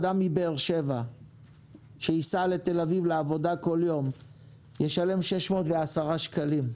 אדם מבאר שבע שייסע לתל אביב לעבודה כל יום ישלם 610 שקלים.